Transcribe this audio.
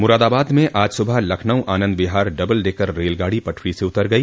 मुरादाबाद में आज सुबह लखनऊ आनंद विहार डबल डेकर रेलगाड़ी पटरी से उतर गई